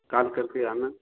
काल करके आना